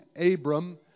Abram